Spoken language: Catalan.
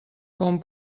com